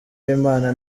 w’imana